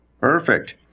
Perfect